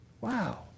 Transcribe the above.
Wow